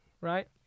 right